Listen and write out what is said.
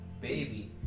baby